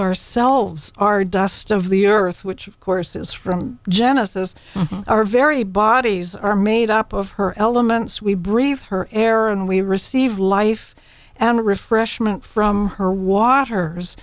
ourselves are dust of the earth which of course is from genesis our very bodies are made up of her elements we breathe her air and we receive life and refreshment from her water